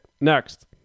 Next